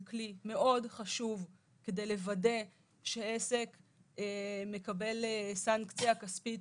כלי מאוד חשוב כדי לוודא שעסק מקבל סנקציה כספית